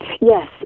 Yes